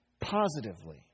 positively